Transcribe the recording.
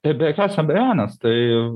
tai be jokios abejonės tai